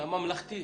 זה הממלכתי.